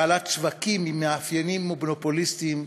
בעלת שווקים עם מאפיינים מונופוליסטיים,